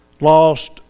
lost